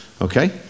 Okay